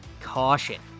caution